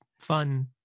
fun